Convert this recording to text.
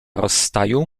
rozstaju